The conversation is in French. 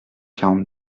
quarante